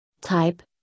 Type